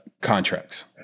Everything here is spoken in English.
contracts